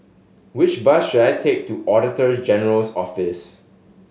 which bus should I take to Auditor General's Office